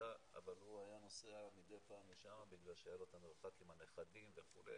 אבל הוא היה נוסע מדי פעם לשם בגלל שהיה לו את המרחק עם הנכדים וכולי,